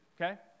okay